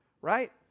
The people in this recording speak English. right